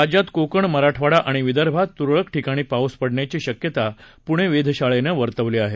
राज्यात कोकण मराठवाडा आणि विदर्भात तुरळक ठिकाणी पाऊस पडण्याची शक्यता पुणे वेधशाळेनं वर्तवली आहे